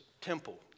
temple